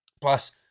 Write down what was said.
Plus